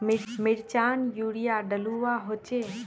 मिर्चान यूरिया डलुआ होचे?